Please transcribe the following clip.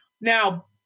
Now